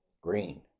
green